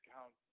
Count